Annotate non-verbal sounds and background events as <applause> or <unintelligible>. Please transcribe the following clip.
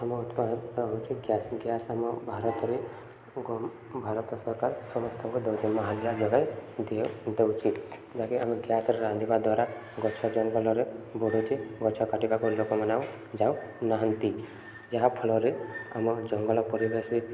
ଆମ <unintelligible> ହେଉଛି gas gas ଆମ ଭାରତରେ ଭାରତ ସରକାର ସମସ୍ତଙ୍କୁ ଦେଉଛି ମାହାଳିଆ ଯୋଗାଇ ଦି ଦେଉଛି ଯାହାକି ଆମେ ଗ୍ୟାସରେ ରାନ୍ଧିବା ଦ୍ୱାରା ଗଛ ଜଙ୍ଗଲରେ ବଢ଼ୁଛି ଗଛ କାଟିବାକୁ ଲୋକମାନ ଯାଉନାହାନ୍ତି ଯାହାଫଳରେ ଆମ ଜଙ୍ଗଲ ପରିବେଶ ବି